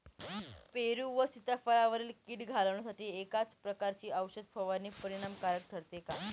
पेरू व सीताफळावरील कीड घालवण्यासाठी एकाच प्रकारची औषध फवारणी परिणामकारक ठरते का?